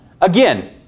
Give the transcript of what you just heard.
Again